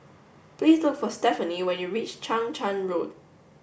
please look for Stephanie when you reach Chang Charn Road